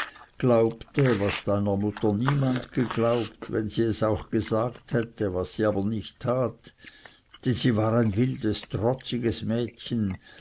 glaubte was deiner mutter niemand geglaubt wenn sie es auch gesagt hätte was sie aber nicht tat denn sie war ein wildes trotziges mädchen